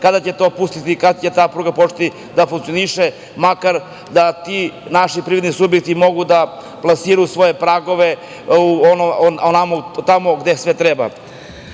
kada će to pustiti. Kada će ta pruga početi da funkcioniše, makar da ti naši privredni subjekti mogu da plasiraju svoje pragove tamo gde